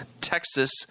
Texas